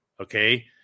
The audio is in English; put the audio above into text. Okay